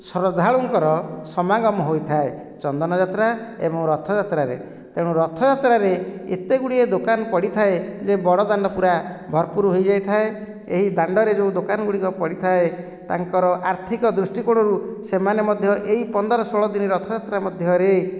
ଶ୍ରଦ୍ଧାଳୁଙ୍କର ସାମଗମ ହୋଇଥାଏ ଚନ୍ଦନ ଯାତ୍ରା ଏବଂ ରଥ ଯାତ୍ରାରେ ତେଣୁ ରଥ ଯାତ୍ରାରେ ଏତେ ଗୁଡ଼ିଏ ଦୋକାନ ପଡ଼ିଥାଏ ଯେ ବଡ଼ଦାଣ୍ଡ ପୁରା ଭରପୁର ହୋଇଯାଇଥାଏ ଏହି ଦାଣ୍ଡରେ ଯେଉଁ ଦୋକାନ ଗୁଡ଼ିକ ପଡ଼ିଥାଏ ତାଙ୍କର ଆର୍ଥିକ ଦୃଷ୍ଟି କୋଣରୁ ସେମାନେ ମଧ୍ୟ ଏହି ପନ୍ଦର ଷୋହଳ ଦିନ ରଥଯାତ୍ରା ମଧ୍ୟରେ